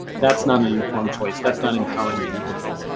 that's not an informed choice. that's not empowering the individual.